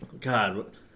god